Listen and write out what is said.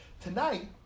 Tonight